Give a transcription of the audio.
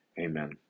Amen